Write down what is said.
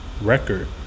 record